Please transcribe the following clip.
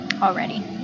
already